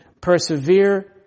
Persevere